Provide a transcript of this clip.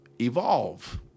evolve